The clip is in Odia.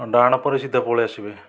ହଁ ଡାହାଣ ପରେ ସିଧା ପଳାଇ ଆସିବେ